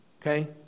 Okay